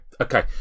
Okay